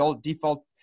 default